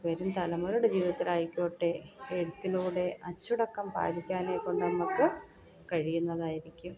വരും തലമുറയുടെ ജീവിതത്തിലായിക്കോട്ടെ എഴുത്തിലൂടെ അച്ചടക്കം പാലിക്കാനേകൊണ്ട് നമുക്ക് കഴിയുന്നതായിരിക്കും